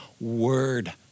word